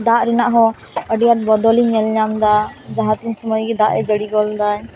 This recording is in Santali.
ᱫᱟᱜ ᱨᱮᱱᱟᱜ ᱦᱚᱸ ᱟᱹᱰᱤ ᱟᱴ ᱵᱚᱫᱚᱞ ᱤᱧ ᱧᱮᱞ ᱧᱟᱢ ᱮᱫᱟ ᱡᱟᱦᱟᱸ ᱛᱤᱱ ᱥᱚᱢᱚᱭ ᱜᱮ ᱫᱟᱜᱼᱮ ᱡᱟᱹᱲᱤ ᱜᱚᱫ ᱮᱫᱟ